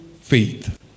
faith